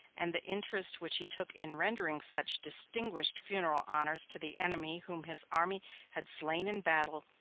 and the interest which he took in rendering such distinguished funeral honors to the enemy whom his army had slain in battle,